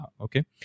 Okay